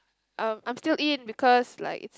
um I still in because like it's